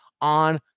on